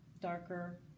darker